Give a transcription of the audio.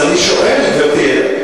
אז אני שואל, גברתי.